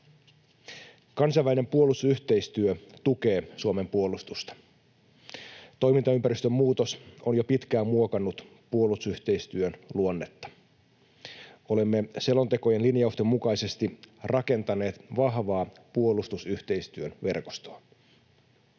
Kansainvälinen puolustusyhteistyö tukee Suomen puolustusta. Toimintaympäristön muutos on jo pitkään muokannut puolustusyhteistyön luonnetta. Olemme selontekojen linjausten mukaisesti rakentaneet vahvaa puolustusyhteistyön verkostoa.